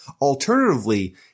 Alternatively